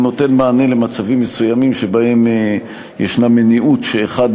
הוא נותן מענה למצבים מסוימים שבהם ישנה מניעוּת שאחד